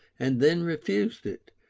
and then refused it,